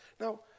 Now